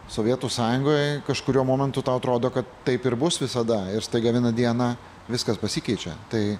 sovietų sąjungoj kažkuriuo momentu tau atrodo kad taip ir bus visada ir staiga vieną dieną viskas pasikeičia tai